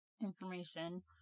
information